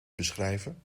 beschrijven